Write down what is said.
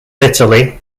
bitterly